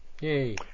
Yay